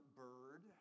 bird